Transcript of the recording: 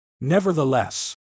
Nevertheless